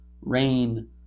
rain